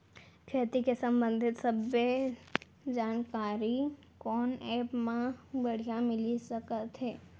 खेती के संबंधित सब्बे जानकारी कोन एप मा बढ़िया मिलिस सकत हे?